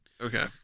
Okay